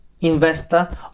investor